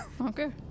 Okay